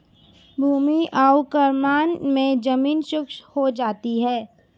भूमि अवक्रमण मे जमीन शुष्क हो जाती है